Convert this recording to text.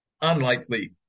unlikely